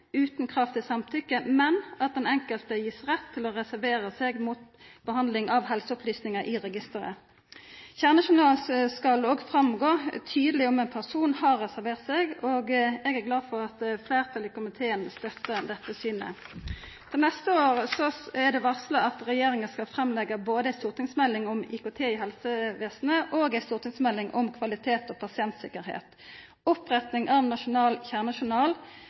utan krav til samtykke, men at den enkelte har rett til å reservera seg mot behandling av helseopplysningar i registeret. I kjernejournalen skal det òg gå tydeleg fram om ein person har reservert seg, og eg er glad for at fleirtalet i komiteen støttar dette synet. Til neste år er det varsla at regjeringa både skal leggja fram ei stortingsmelding om IKT i helsevesenet og ei stortingsmelding om kvalitet og pasientsikkerheit. Oppretting av nasjonal